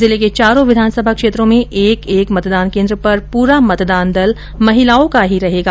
जिले के चारो विधानसभा क्षेत्रों में एक एक मतदान केंद्र पर पूरा मतदान दल महिलाओ का ही रहेगा